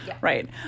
right